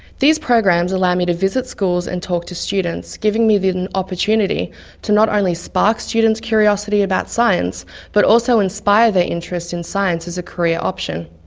these programs allow me to visit schools and talk to students, giving me the and opportunity to not only spark students' curiosity about science but also inspire their interest in science as a career option.